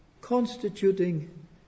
constituting